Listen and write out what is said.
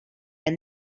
and